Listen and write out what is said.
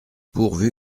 pourvu